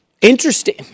Interesting